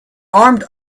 armed